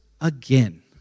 again